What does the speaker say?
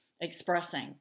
expressing